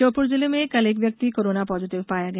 श्योपुर जिले में कल एक व्यक्ति कोरोना पॉजिटिव पाया गया